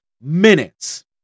minutes